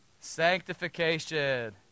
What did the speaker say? Sanctification